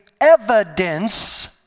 evidence